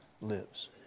lives